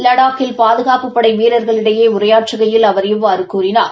லடாக்கில் பாதுகாப்புப்படை வீரர்களிடையே உரையாற்றுகையில் அவர் இவ்வாறு கூறினார்